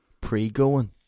Pre-going